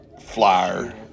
flyer